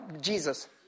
Jesus